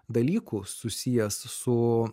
dalykų susijęs su